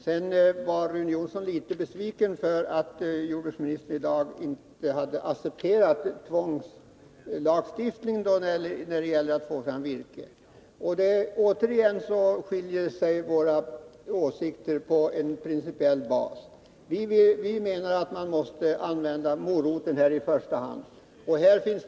Rune Jonsson var litet besviken över att jordbruksministern i dag inte accepterade tvångslagstiftning när det gäller att få fram virke. Återigen skiljer sig våra åsikter i en principfråga. Vi menar att man här i första hand måste använda moroten.